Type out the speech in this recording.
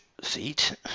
seat